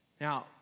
Now